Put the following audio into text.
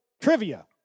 trivia